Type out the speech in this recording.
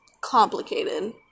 complicated